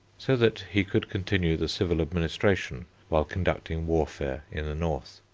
so that he could continue the civil administration while conducting warfare in the north.